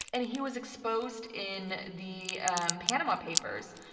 and he was exposed in the panama papers.